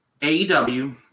AEW